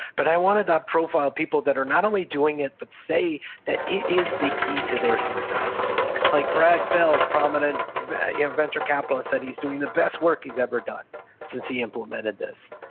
but i wanted that profile people that are not only doing it but say that it is the key to their success like brad feld, prominent yeah venture capitalist, said he's doing the best work he's ever done since he implemented this.